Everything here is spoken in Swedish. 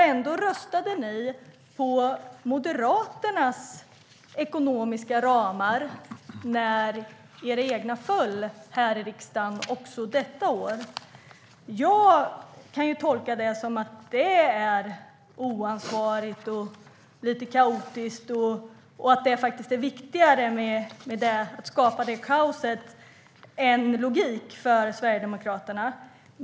Ändå röstade ni, också detta år, på Moderaternas ekonomiska ramar när era egna föll här i riksdagen. Jag tolkar det som oansvarigt, lite kaotiskt och som att det är viktigare att skapa det kaoset än vad logik är för Sverigedemokraterna.